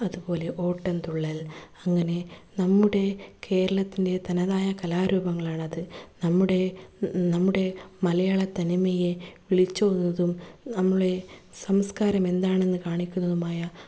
അതുപോലെ ഓട്ടം തുള്ളൽ അങ്ങനെ നമ്മുടെ കേരളത്തിൻ്റെ തനതായ കലാരൂപങ്ങളാണത് നമ്മുടെ നമ്മുടെ മലയാളത്തനിമയെ വിളിച്ചോതുന്നതും നമ്മളെ സംസ്കാരം എന്താണെന്ന് കാണിക്കുന്നതുമായ